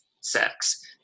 sex